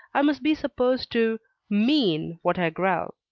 i must be supposed to mean what i growl.